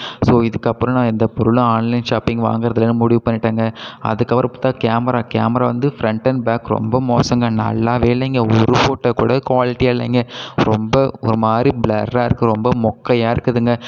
so இதுக்கப்புறம் நான் எந்த பொருளும் ஆன்லைன் ஷாப்பிங் வாங்கறதில்லனு முடிவு பண்ணிட்டேங்க அதுக்கப்புறம் பார்த்தா கேமரா கேமரா வந்து ஃப்ரெண்ட் அண்ட் பேக் ரொம்ப மோசோங்க நல்லாவே இல்லைங்க ஒரு ஃபோட்டோ கூட குவாலிட்டியாக இல்லைங்க ரொம்ப ஒரு மாதிரி பிளர்ராக இருக்குது ரொம்ப மொக்கையா இருக்குதுங்க